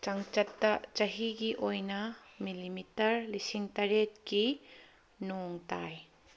ꯆꯥꯡꯆꯠꯇ ꯆꯍꯤꯒꯤ ꯑꯣꯏꯅ ꯃꯤꯂꯤꯃꯤꯇꯔ ꯂꯤꯁꯤꯡ ꯇꯔꯦꯠꯀꯤ ꯅꯣꯡ ꯇꯥꯏ